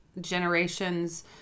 generation's